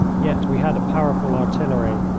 yet we had a powerful artillery,